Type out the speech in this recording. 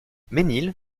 ménil